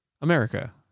America